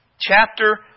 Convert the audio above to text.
Chapter